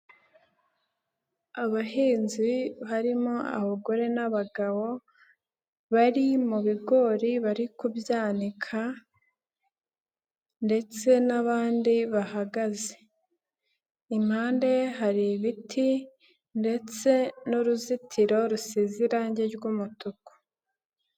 Abahinzi barimo abagore n'abagabo bari mu bigori bari kubyanika ndetse n'abandi bahagaze. Impande hari ibiti ndetse n'uruzitiro rusize irangi ry'umutuku.